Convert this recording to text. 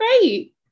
great